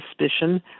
suspicion